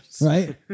Right